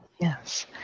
Yes